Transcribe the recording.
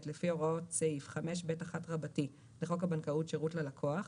לפי הוראות סעיף 5ב1 לחוק הבנקאות (שירות ללקוח),